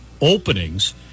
openings